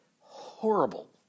horrible